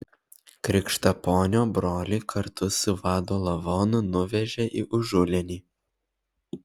krikštaponio brolį kartu su vado lavonu nuvežė į užulėnį